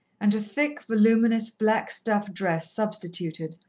and a thick, voluminous, black-stuff dress substituted,